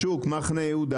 בשוק מחנה יהודה,